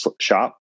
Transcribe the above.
shop